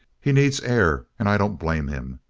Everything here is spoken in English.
he needs air, and i don't blame him.